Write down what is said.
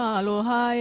aloha